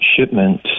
shipment